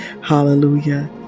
Hallelujah